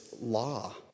law